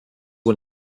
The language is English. win